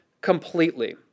completely